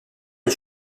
les